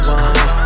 one